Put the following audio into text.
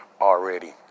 already